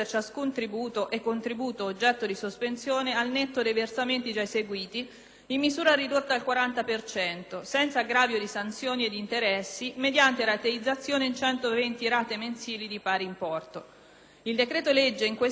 in misura ridotta al 40 per cento senza aggravio di sanzioni e di interessi mediante rateizzazione in 120 rate mensili di pari importo. Il decreto-legge in esame prevede l'inizio della decorrenza delle restituzioni a partire dal gennaio 2009.